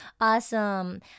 awesome